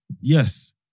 yes